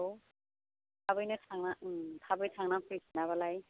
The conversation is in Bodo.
औ थाबैनो थांना थाबै थांना फैफिनाबालाय